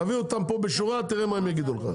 תביאו אותם לפה ותראה מה הם יגידו לך.